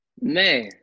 Man